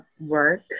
work